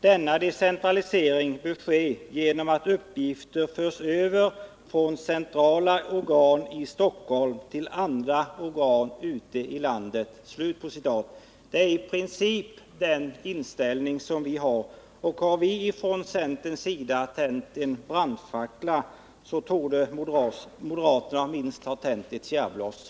Denna decentralisering bör ske genom att uppgifter förs över från centrala organ i Stockholm till andra organ ute i landet.” Det är i princip samma inställning som vi har. Har vi i centern tänt en brandfackla, så torde moderaterna minst ha tänt ett tjärbloss.